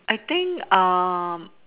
I think um